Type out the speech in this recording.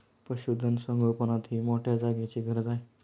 पशुधन संगोपनातही मोठ्या जागेची गरज आहे